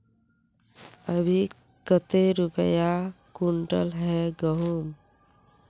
अभी कते रुपया कुंटल है गहुम?